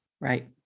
Right